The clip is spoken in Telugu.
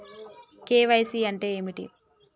కే.వై.సీ అంటే ఏమిటి?